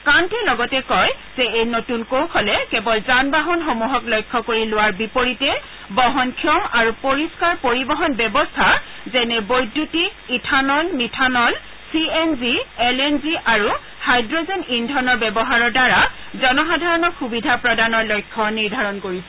কান্তে লগতে কয় যে এই নতুন কৌশলে কেৱল যান বাহনসমূহক লক্ষ্য কৰি লোৱাৰ বিপৰীতে বহনক্ষম আৰু পৰিষ্ণাৰ পৰিবহন ব্যৱস্থা যেনে বৈদ্যুতিক ethanol methanol C N G L N G আৰু হাইড্ৰোজেন ইন্ধনৰ ব্যৱহাৰৰ দ্বাৰা জনসাধাৰণক সুবিধা প্ৰদানৰ লক্ষ্য নিৰ্ধাৰণ কৰিছে